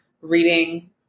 reading